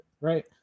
right